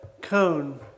cone